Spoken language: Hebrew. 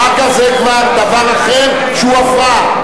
אחר כך זה כבר דבר אחר, שהוא הפרעה.